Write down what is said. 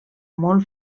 molt